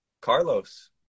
Carlos